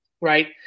right